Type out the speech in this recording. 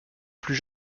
plus